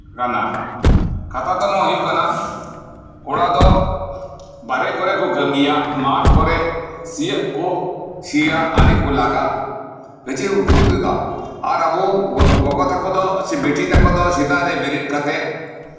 ᱠᱟᱱᱟ ᱠᱟᱛᱷᱟ ᱫᱚ ᱦᱩᱭᱩᱜ ᱠᱟᱱᱟ ᱚᱱᱟ ᱫᱚ ᱵᱟᱦᱨᱮ ᱠᱚᱨᱮᱜ ᱠᱚ ᱠᱟᱹᱢᱤᱭᱟ ᱢᱟᱴᱷ ᱠᱚᱨᱮᱜ ᱥᱤᱭᱳᱜ ᱠᱚ ᱠᱟᱹᱢᱤᱭᱟ ᱟᱲᱮ ᱠᱚ ᱞᱟᱜᱟ ᱜᱟᱹᱪᱷᱤ ᱦᱚᱸᱠᱚ ᱛᱩᱫᱟ ᱟᱨ ᱟᱵᱚ ᱜᱚᱜᱚ ᱛᱟᱠᱚ ᱫᱚ ᱵᱤᱴᱤ ᱛᱟᱠᱚ ᱫᱚ ᱥᱮᱛᱟᱜ ᱨᱮ ᱵᱮᱨᱮᱫ ᱠᱟᱛᱮᱜ